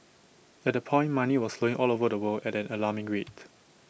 at that point money was flowing all over the world at an alarming rate